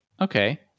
Okay